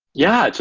yeah. so